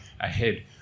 ahead